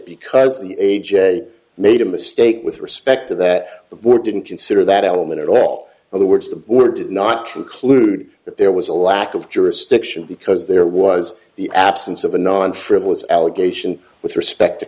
because the a j made a mistake with respect to that the board didn't consider that element at all other words the board did not conclude that there was a lack of jurisdiction because there was the absence of a non frivolous allegation with respect to